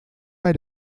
bei